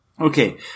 Okay